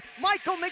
Michael